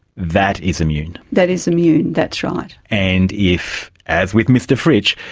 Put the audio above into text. that is immune? that is immune, that's right. and if, as with mr fritsch,